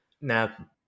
Now